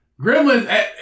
gremlins